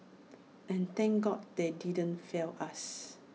and thank God they didn't fail us